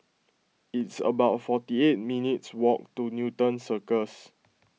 it's about forty eight minutes' walk to Newton Circus